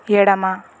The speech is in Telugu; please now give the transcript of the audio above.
ఎడమ